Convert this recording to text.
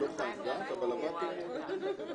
בשעה 10:30.